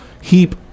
heap